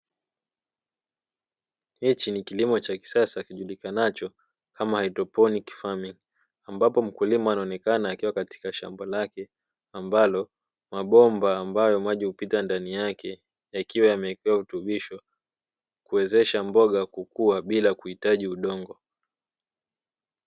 Hichi ni kilimo cha kisasa kijulikanacho kama ''hydroponic faming'', ambapo mkulima anaonekana katika shamba lake ambalo mabomba ambayo maji hupita ndani yake, yakiwa yamewekewa virutubishi kuwezesha mboga kukua bila kuwekewa udongo.